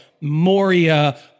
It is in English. Moria